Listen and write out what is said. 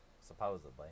supposedly